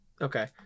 Okay